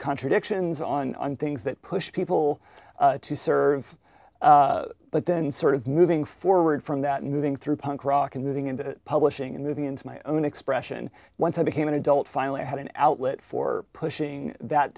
contradictions on on things that push people to serve but then sort of moving forward from that moving through punk rock and moving into publishing and moving into my own expression once i became an adult finally i had an outlet for pushing that